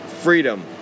Freedom